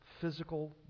physical